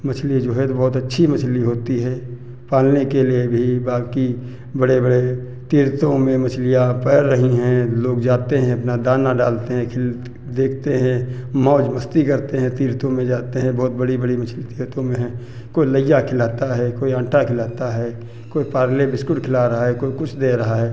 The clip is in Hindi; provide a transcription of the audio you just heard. मछलियाँ जो है तो बहुत अच्छी मछली होती है पालने के लिए भी बाकी बड़े बड़े तीर्थों में मछलियाँ पैर रही हैं लोग जाते हैं अपना दाना डालते हैं खिल्त देखते हैं मौज मस्ती करते हैं तीर्थों में जाते हैं बहुत बड़ी बड़ी मछली तीर्थों में हैं कोई लइया खिलाता है कोई आटा खिलाता है कोई पारले बिस्कुट खिला रहा है कोई कुछ दे रहा है